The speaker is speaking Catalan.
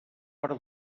per